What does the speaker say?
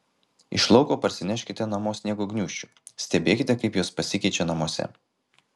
iš lauko parsineškite namo sniego gniūžčių stebėkite kaip jos pasikeičia namuose